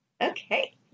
Okay